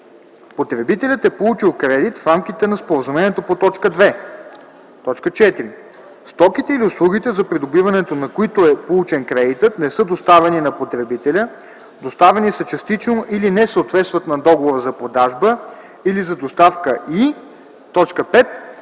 потребителят е получил кредит в рамките на споразумението по т. 2; 4. стоките или услугите за придобиването на които е получен кредитът, не са доставени на потребителя, доставени са частично или не съответстват на договора за продажба или за доставка, и 5.